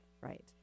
Right